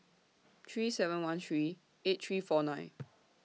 three seven one three eight three four nine